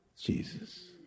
Jesus